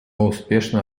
успешно